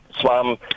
swam